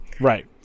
Right